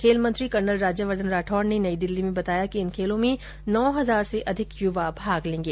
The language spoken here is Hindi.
खेल मंत्री कर्नल राज्यवर्द्वन राठौड़ ने नई दिल्ली में बताया कि इन खेलों में नौ हजार से अधिक युवा भाग लेंगे